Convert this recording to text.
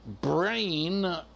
brain